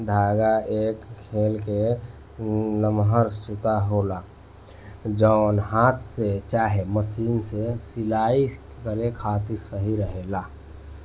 धागा एक लेखा के लमहर सूता होला जवन हाथ से चाहे मशीन से सिलाई करे खातिर सही रहेला